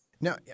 Now